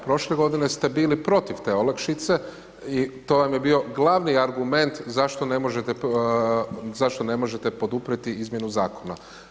Prošle g. ste bili protiv te olakšice i to vam je bio glavni argument zašto ne možete poduprijeti izmjenu zakona.